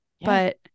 but-